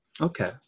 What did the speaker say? okay